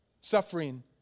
suffering